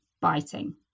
biting